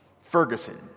Ferguson